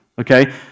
okay